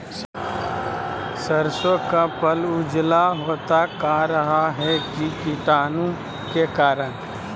सरसो का पल उजला होता का रहा है की कीटाणु के करण?